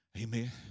Amen